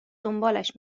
دنبالش